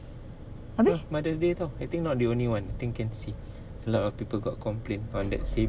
ah mothers' day [tau] I think not the only one I think can see a lot of people got complain on that same